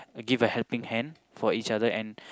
give a helping hand for each other and